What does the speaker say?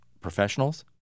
professionals